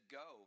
go